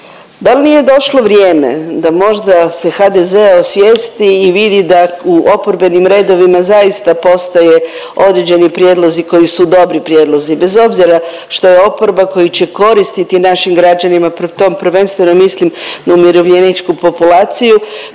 dal nije došlo vrijeme da možda se HDZ osvijesti i vidi da u oporbenim redovima zaista postoje određeni prijedlozi koji su dobri prijedlozi bez obzira što je oporba koji će koristiti našim građanima pritom prvenstveno mislim na umirovljeničku populaciju